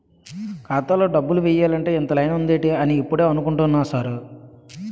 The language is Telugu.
ఖాతాలో డబ్బులు ఎయ్యాలంటే ఇంత లైను ఉందేటి అని ఇప్పుడే అనుకుంటున్నా సారు